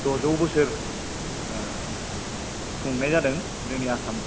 द'जौ बोसोर खुंनाय जादों जोंनि आसाम